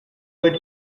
wood